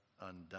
undone